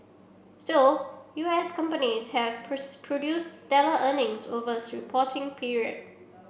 still U S companies have produced stellar earnings over reporting period